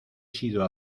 sido